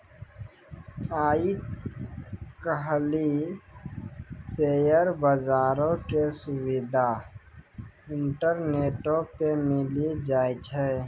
आइ काल्हि शेयर बजारो के सुविधा इंटरनेटो पे मिली जाय छै